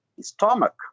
stomach